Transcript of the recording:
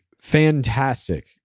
fantastic